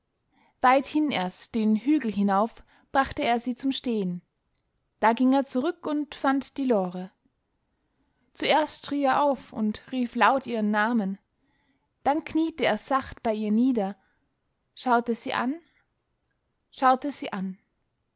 weithin erst den hügel hinauf brachte er sie zum stehen da ging er zurück und fand die lore zuerst schrie er auf und rief laut ihren namen dann kniete er sacht bei ihr nieder schaute sie an schaute sie an